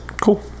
Cool